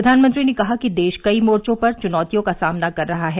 प्रधानमंत्री ने कहा कि देश कई मोर्चों पर चूनौतियों का सामना कर रहा है